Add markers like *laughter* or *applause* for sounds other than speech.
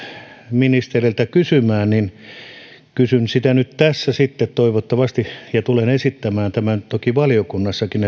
ministeriltä kysymään niin kysyn nyt tässä sitten ja tulen esittämään tämän toki valiokunnassakin *unintelligible*